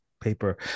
paper